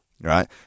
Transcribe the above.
right